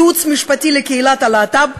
בייעוץ משפטי לקהילת הלהט"ב,